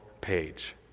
page